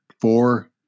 four